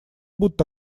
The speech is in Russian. будут